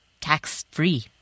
tax-free